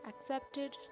accepted